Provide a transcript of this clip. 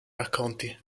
racconti